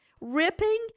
Ripping